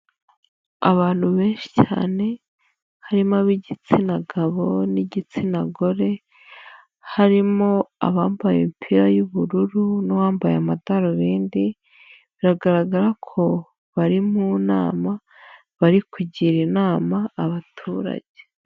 Abantu benshi cyane harimo ab'igitsina gabo n'igitsina gore, harimo abambaye imipira y'ubururu n'uwambaye amadarubindi, biragaragara ko bari mu nama bari kugira inama abaturage.